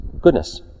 goodness